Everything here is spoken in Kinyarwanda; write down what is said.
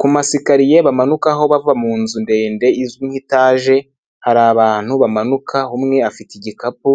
Ku masikariye bamanukaho bava munzu ndende izwi nk'itaje, hari abantu bamanuka umwe afite igikapu